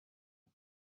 for